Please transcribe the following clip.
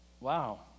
wow